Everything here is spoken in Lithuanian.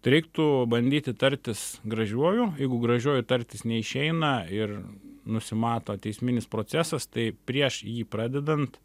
tai reiktų bandyti tartis gražiuoju jeigu gražiuoju tartis neišeina ir nusimato teisminis procesas tai prieš jį pradedant